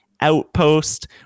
Outpost